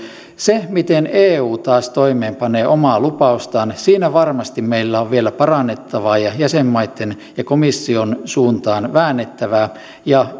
siinä miten eu taas toimeenpanee omaa lupaustaan varmasti meillä on vielä parannettavaa ja jäsenmaitten ja komission suuntaan väännettävää ja